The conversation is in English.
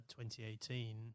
2018